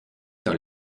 dans